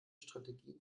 strategien